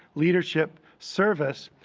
leadership, service,